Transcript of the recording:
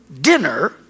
dinner